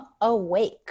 awake